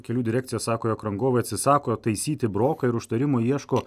kelių direkcija sako jog rangovai atsisako taisyti broką ir užtarimo ieško